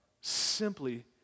simply